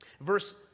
Verse